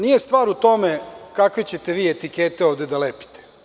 Nije stvar u tome kakve ćete vi etikete ovde da lepite.